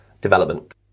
development